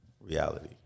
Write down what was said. reality